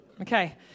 Okay